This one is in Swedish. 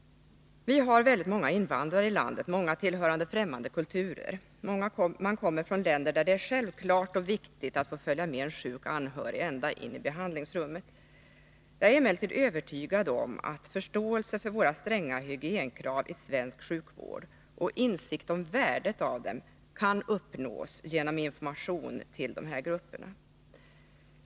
Vi har väldigt många invandrare i landet, många tillhörande främmande kulturer. De kommer från länder där det är självklart och viktigt att få följa med en sjuk anhörig ända in i behandlingsrummet. Jag är emellertid övertygad om att förståelsen för de stränga hygienkraven i svensk sjukvård och insikt om värdet av dem kan uppnås genom information till de här grupperna.